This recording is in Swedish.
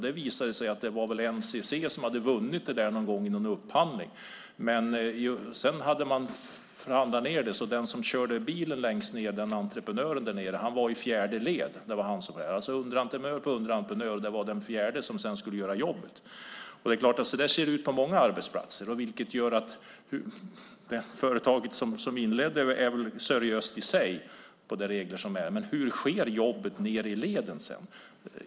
Det visade sig att det var NCC som hade vunnit upphandlingen om den någon gång. Men sedan hade man förhandlat ned detta så att den entreprenör som körde bilen var i fjärde led. Man har alltså underentreprenör på underentreprenör. Det var alltså den fjärde som sedan skulle göra jobbet. Så där ser det ut på många arbetsplatser. Det företag som inledde är väl seriöst i sig i fråga om de regler som finns. Men hur sker jobbet nere i leden sedan?